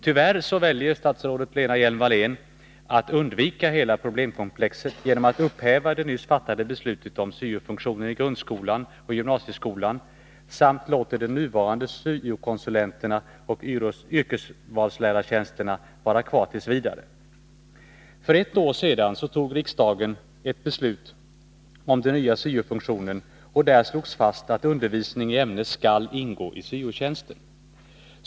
Tyvärr väljer statsrådet Lena Hjelm-Wallén att undvika hela problemkomplexet genom att upphäva det nyss fattade beslutet om syo-funktionen i grundskolan och i gymnasieskolan och låter de nuvarande syo-konsulenterna och yrkesvalslärartjänsterna vara kvar t. v. För ett år sedan fattade riksdagen ett beslut om den nya syo-funktionen. Där slogs fast att undervisningsämne skall ingå i syo-tjänsten.